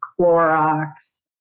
Clorox